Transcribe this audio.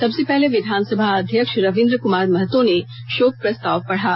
सबसे पहले विधानसभा अध्यक्ष रवींद्र कमार महतो ने शोक प्रस्ताव पढ़ा